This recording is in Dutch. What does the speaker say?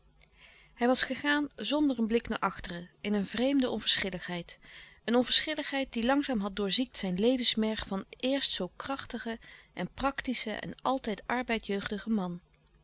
hij was gegaan zonder een blik naar achteren in een vreemde onverschilligheid een onverschilligheid die langzaam had doorziekt zijn levensmerg van eerst zoo krachtigen en praktischen en altijd arbeidjeugdigen man